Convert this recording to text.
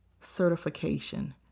certification